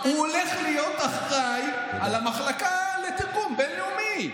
הוא הולך להיות אחראי למחלקה לתרגום בין-לאומי.